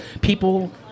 People